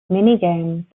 minigames